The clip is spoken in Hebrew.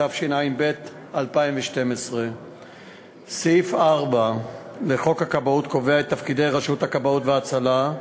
התשע"ד 2014. סעיף 4 לחוק הכבאות קובע את תפקידי רשות הכבאות וההצלה,